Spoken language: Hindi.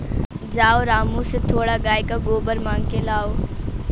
जाओ रामू से थोड़ा गाय का गोबर मांग के लाओ